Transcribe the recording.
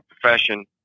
profession